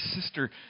sister